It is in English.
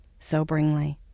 soberingly